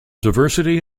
diversity